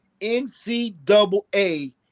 NCAA